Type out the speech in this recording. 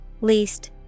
Least